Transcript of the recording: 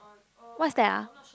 what's that ah